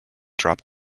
drop